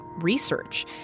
research